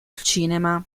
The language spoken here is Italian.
cinema